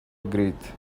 agreed